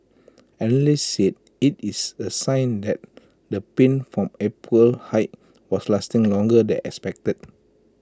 analysts say IT is A sign that the pain from April's hike was lasting longer than expected